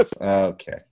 Okay